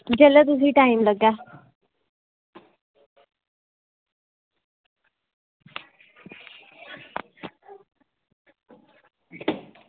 जेल्लै तुसेंगी टैम लग्गै